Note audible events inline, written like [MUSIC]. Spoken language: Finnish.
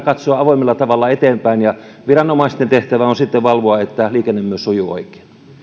[UNINTELLIGIBLE] katsoa avoimella tavalla eteenpäin ja viranomaisten tehtävä on sitten valvoa että liikenne myös sujuu oikein